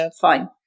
fine